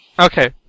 Okay